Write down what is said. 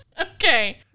Okay